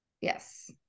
yes